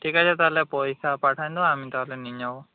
ঠিক আছে তাহলে পয়সা পাঠালে আমি তাহলে নিয়ে যাব